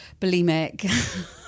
bulimic